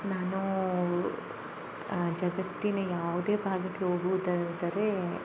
ನಾನು ಜಗತ್ತಿನ ಯಾವುದೇ ಭಾಗಕ್ಕೆ ಹೋಗುವುದಾದರೆ